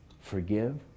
Forgive